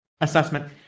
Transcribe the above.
assessment